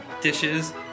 dishes